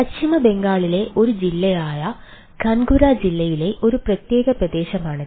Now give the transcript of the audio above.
പശ്ചിമ ബംഗാളിലെ ഒരു ജില്ലയായ ബൻകുര ജില്ലയിലെ ഒരു പ്രത്യേക പ്രദേശമാണിത്